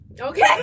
Okay